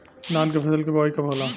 धान के फ़सल के बोआई कब होला?